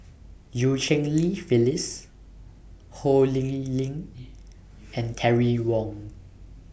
EU Cheng Li Phyllis Ho Lee Ling and Terry Wong